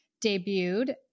debuted